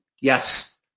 Yes